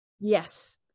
yes